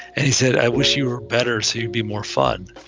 and he said, i wish you were better so you'd be more fun